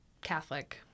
Catholic